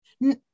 no